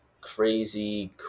crazy